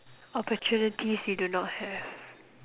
opportunities we do not have